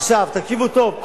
עכשיו תקשיבו טוב,